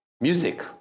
music